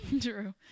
True